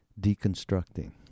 deconstructing